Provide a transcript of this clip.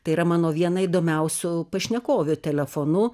tai yra mano viena įdomiausių pašnekovių telefonu